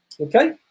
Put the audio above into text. okay